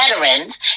veterans